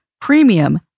premium